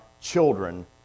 children